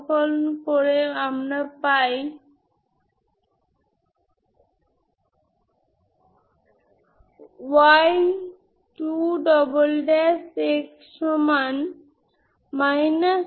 সুতরাং আসুন আমরা এই লেজেন্ড্রে ইকুয়েশনটি গ্রহণ করি লেজেন্ড্রে ইকুয়েশন কি